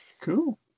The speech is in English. Cool